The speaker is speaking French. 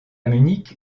munich